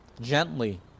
gently